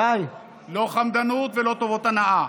לא חמדנות ולא טובות הנאה.